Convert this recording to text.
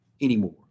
anymore